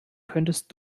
könntest